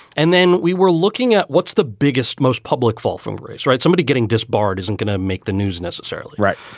and then we were looking at what's the biggest, most public fall from grace. right. somebody getting disbarred isn't gonna make the news necessarily. right.